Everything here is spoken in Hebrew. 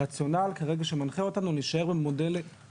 הרציונל כרגע שמנחה אותנו הוא להישאר במודל